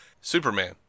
Superman